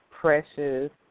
precious